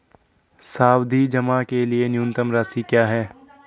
सावधि जमा के लिए न्यूनतम राशि क्या है?